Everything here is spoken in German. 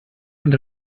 und